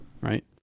right